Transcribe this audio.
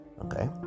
okay